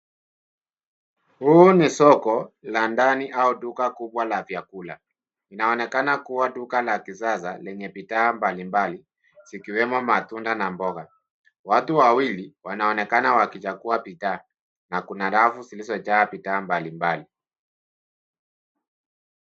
Huu ni soko la ndani duku kubwa la vyakula, inaonekana kuwa duka la kisasa lenye bidhaa mbalimbali zikiwemo matunda na mboga. Watu wawili wanaonekana wakichagua bidhaa na kuna rafu zilizojaa bidhaa mbalimbali.